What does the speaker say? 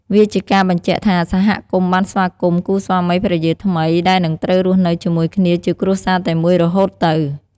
វាជាការបញ្ជាក់ថាសហគមន៍បានស្វាគមន៍គូស្វាមីភរិយាថ្មីដែលនឹងត្រូវរស់នៅជាមួយគ្នាជាគ្រួសារតែមួយរហូតទៅ។